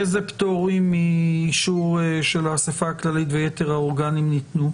איזה פטורים מאישור של האספה הכללית ויתר האורגנים ניתנו?